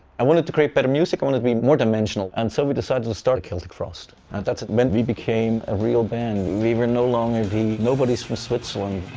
i wanted to create better music, i wanted to be more dimensional, and so we decided to start celtic frost. and that's when we became a real band, we were no longer the nobodies from switzerland.